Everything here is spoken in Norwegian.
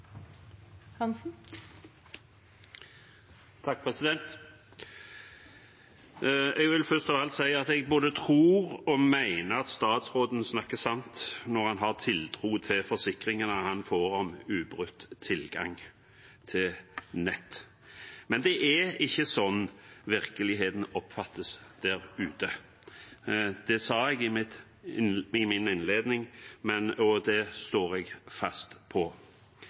Jeg vil først av alt si at jeg både tror og mener statsråden snakker sant når han har tiltro til forsikringene han får om ubrutt tilgang til nett. Men det er ikke sånn virkeligheten oppfattes der ute. Det sa jeg i min innledning, og det står jeg fast på.